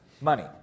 money